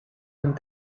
and